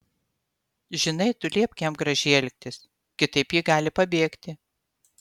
žinai tu liepk jam gražiai elgtis kitaip ji gali pabėgti